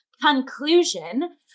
conclusion